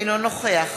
אינו נוכח